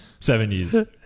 70s